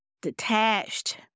detached